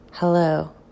Hello